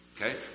Okay